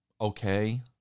okay